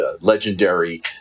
legendary